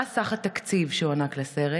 1. מה סך התקציב שהוענק לסרט?